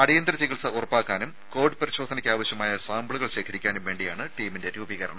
അടിയന്തിര ചികിത്സ ഉറപ്പാക്കാനും കോവിഡ് പരിശോധനയ്ക്ക് ആവശ്യമായ സാമ്പിളുകൾ ശേഖരിക്കാനും വേണ്ടിയാണ് ടീമിന്റെ രൂപീകരണം